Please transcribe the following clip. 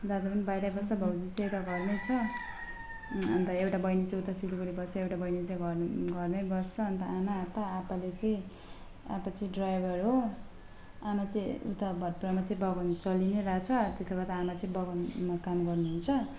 दादा पनि बाहिरै बस्छ भाउजू चाहिँ यता घरमै छ अन्त एउटा बहिनी चाहिँ उता सिलगढी बस्छ एउटा बहिनी चाहिँ घर घरमै बस्छ अन्त आमा आप्पा आप्पाले चाहिँ आप्पा चाहिँ ड्राइभर हो आमा चाहिँ उता भातपाडामा चाहिँ बगान चलि नै रहेछ त्यसले गर्दा आमा चाहिँ बगानमा काम गर्नुहुन्छ